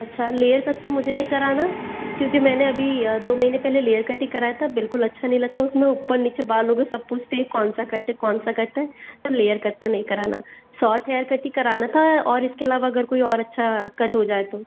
अच्छा लेयर तक तो मुझे नहीं कराना क्योंकि मैंने अभी दो महीने पहले लेयर कट ही कराया था बिल्कुल अच्छा नहीं लगता उसमें ऊपर नीचे बाल हो गए सब पूछते ये कौन सा कट है कौन सा कट है तो लेयर कट तो नहीं कराना सॉर्ट हेयर कट ही कराना था और इसके अलावा अगर कोई और अच्छा कट हो जाए तो